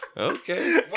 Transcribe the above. Okay